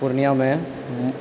पूर्णियामे